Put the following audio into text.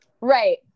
right